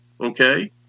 Okay